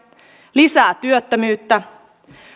lisää työttömyyttä